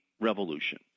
revolution